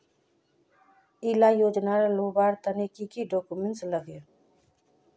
इला योजनार लुबार तने की की डॉक्यूमेंट लगे?